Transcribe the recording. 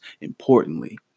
importantly